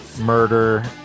murder